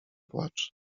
płacz